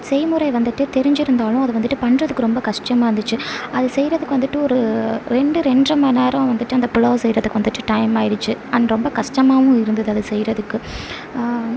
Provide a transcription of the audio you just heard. செய்முறை வந்துவிட்டு தெரிஞ்சி இருந்தாலும் அது வந்துவிட்டு பண்ணுறதுக்கு ரொம்ப கஷ்ட்டமாக இருந்துச்சு அது செய்யிறதுக்கு வந்துவிட்டு ஒரு ரெண்டு ரெண்றை மண் நேரம் வந்துவிட்டு அந்த புலாவ் செய்யிறதுக்கு வந்துவிட்டு டைம் ஆயிருச்சு அண்ட் ரொம்ப கஷ்ட்டமாகவும் இருந்தது அது செய்யிறதுக்கு